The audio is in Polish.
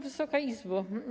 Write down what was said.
Wysoka Izbo!